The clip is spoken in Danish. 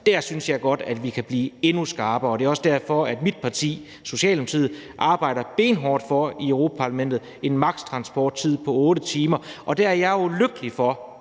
Dér synes jeg godt at vi kan blive endnu skarpere. Det er også derfor, at mit parti, Socialdemokratiet, arbejder benhårdt i Europa-Parlamentet for en maks.-transporttid på 8 timer. Og der er jeg jo lykkelig for,